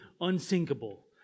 unsinkable